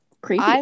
creepy